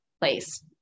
place